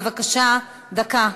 בבקשה, דקה.